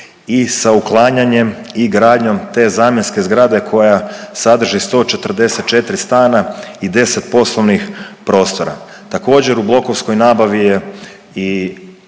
i sa uklanjanjem i gradnjom te zamjenske zgrade koja sadrži 144 stana i 10 poslovnih prostora. Također u blokovskoj nabavi je i